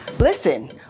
Listen